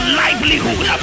livelihood